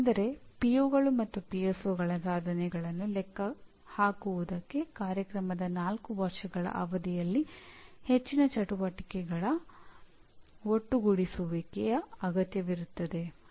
ಅಂದರೆ ಪಿಒಗಳು ಸಾಧನೆಗಳನ್ನು ಲೆಕ್ಕ ಹಾಕುವುದಕ್ಕೆ ಕಾರ್ಯಕ್ರಮದ 4 ವರ್ಷಗಳ ಅವಧಿಯಲ್ಲಿ ಹೆಚ್ಚಿನ ಚಟುವಟಿಕೆಗಳ ಒಟ್ಟುಗೂಡಿಸುವಿಕೆಯ ಅಗತ್ಯವಿರುತ್ತದೆ